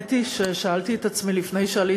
האמת היא ששאלתי את עצמי לפני שעליתי